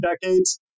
decades